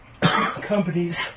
Companies